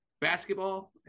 basketball